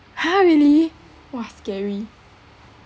ha really !wah! scary